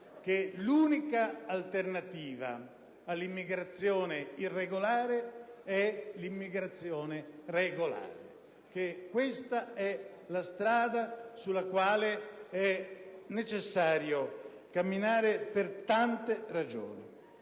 che l'unica alternativa all'immigrazione irregolare è l'immigrazione regolare: questa è la strada sulla quale è necessario camminare per tante ragioni.